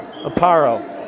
Aparo